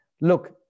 Look